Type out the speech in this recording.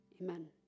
Amen